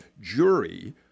jury